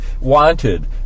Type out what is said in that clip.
Wanted